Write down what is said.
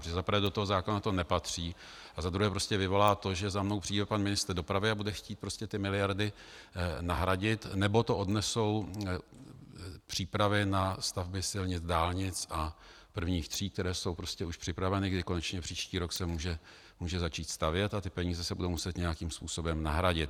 Protože za prvé do toho zákona to nepatří a za druhé to prostě vyvolá to, že za mnou přijde pan ministr dopravy, bude chtít ty miliardy nahradit, nebo to odnesou přípravy na stavby silnic, dálnic a I. tříd, které jsou už připraveny, kdy konečně příští rok se může začít stavět, a ty peníze se budou muset nějakým způsobem nahradit.